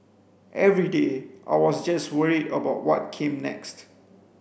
every day I was just worried about what came next